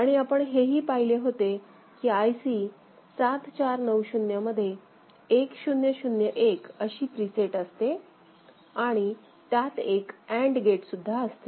आणि आपण हे ही पाहिले होते की आय सी 7490 मध्ये 1001 अशी एक प्रीसेट असते आणि त्यात एक अँड गेट सुद्धा असते